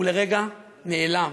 הוא לרגע נעלם.